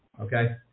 okay